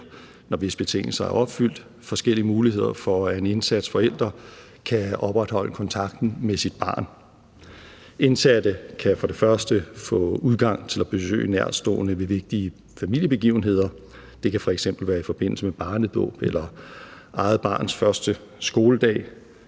når visse betingelser er opfyldt, forskellige muligheder for, at en indsat forælder kan opretholde kontakten med sit barn. Indsatte kan for det første få udgang til at besøge nærtstående ved vigtige familiebegivenheder. Det kan f.eks. være i forbindelse med barnedåb eller eget barns første skoledag.